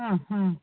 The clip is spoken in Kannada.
ಹ್ಞೂ ಹ್ಞೂ